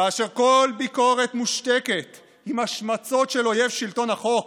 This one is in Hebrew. כאשר כל ביקורת מושתקת עם השמצות של "אויב שלטון החוק",